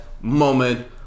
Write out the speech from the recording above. moment